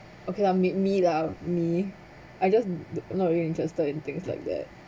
okay lah made me lah me I'm just not really interested in things like that